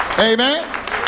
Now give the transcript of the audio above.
Amen